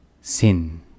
Sin